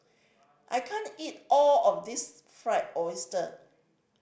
I can't eat all of this Fried Oyster